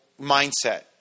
mindset